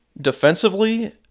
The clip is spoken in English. defensively